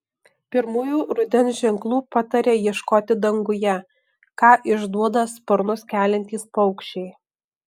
pirmųjų rudens ženklų pataria ieškoti danguje ką išduoda sparnus keliantys paukščiai